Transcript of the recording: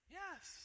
yes